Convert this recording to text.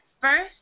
First